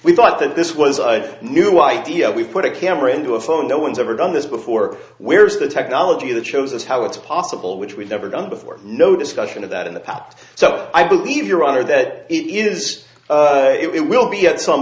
thought that this was a new idea we put a camera into a phone no one's ever done this before where's the technology that shows us how it's possible which we've never done before no discussion of that in the past so i believe your honor that it is it will be at some